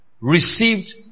received